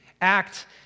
act